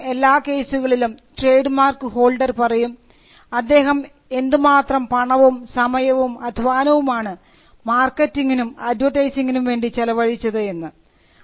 മിക്കവാറും എല്ലാ കേസുകളിലും ട്രേഡ്മാർക് ഹോൾഡർ പറയും അദ്ദേഹം എന്തുമാത്രം പണവും സമയവും അധ്വാനവും ആണ് മാർക്കറ്റിംഗിനും അഡ്വർടൈസിംഗിനും വേണ്ടി ചെലവഴിച്ചത് എന്ന്